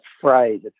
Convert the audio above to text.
phrase